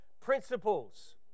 principles